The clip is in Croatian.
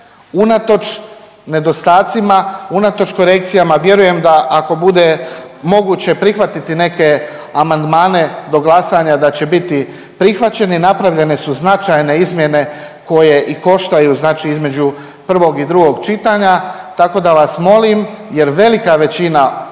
unatoč nedostacima, unatoč korekcijama. Vjerujem da ako bude moguće prihvatiti neke amandmane do glasanja da će biti prihvaćeni. Napravljene su značajne izmjene koje i koštaju znači između prvog i drugog čitanja. Tako da vas molim jer velika većina pojedinaca,